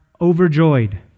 overjoyed